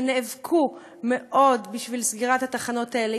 שנאבקו מאוד בשביל סגירת התחנות האלה,